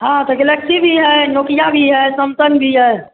हाँ तो गलेक्सी भी है नोकिया भी है समसन भी है